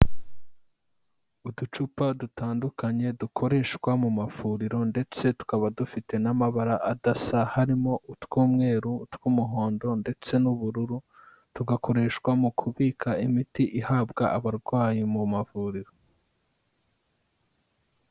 Uducupa dutandukanye dukoreshwa mu mavuriro ndetse tukaba dufite n'amabara adasa, harimo utw'umweru, utw'umuhondo ndetse n'ubururu, tugakoreshwa mu kubika imiti ihabwa abarwayi mu mavuriro.